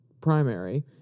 primary